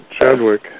Chadwick